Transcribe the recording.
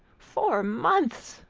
four months!